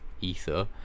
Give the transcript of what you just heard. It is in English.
ether